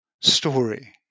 story